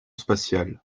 spatiale